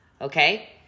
Okay